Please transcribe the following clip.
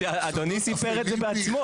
אדוני סיפר את זה בעצמו.